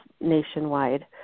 nationwide